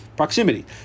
Proximity